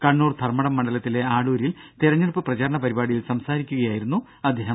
കണ്ണൂർ ധർമ്മടം മണ്ഡലത്തിലെ ആഡൂരിൽ തിരഞ്ഞെടുപ്പ് പ്രചരണ പരിപാടിയിൽ സംസാരിക്കുകയായിരുന്നു അദ്ദേഹം